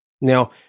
Now